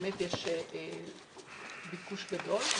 באמת יש ביקוש גדול.